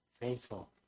faithful